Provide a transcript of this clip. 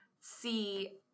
see